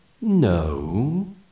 No